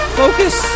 focus